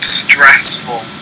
stressful